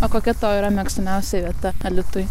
o kokia tavo yra mėgstamiausia vieta alytuj